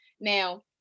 Now